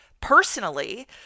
personally